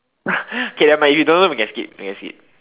okay nevermind you don't know we can skip we can skip